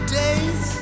days